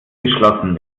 geschlossen